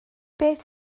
beth